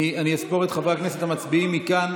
אני אספור את חברי הכנסת המצביעים מכאן,